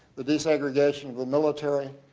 the desegregation of the military.